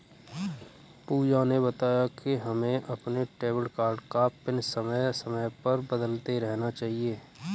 पूजा ने बताया कि हमें अपने डेबिट कार्ड का पिन समय समय पर बदलते रहना चाहिए